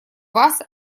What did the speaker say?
вас